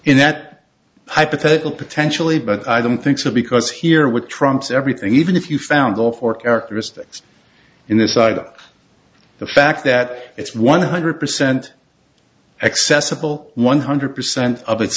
in that hypothetical potentially but i don't think so because here would trumps everything even if you found all four characteristics in this side of the fact that it's one hundred percent accessible one hundred percent of its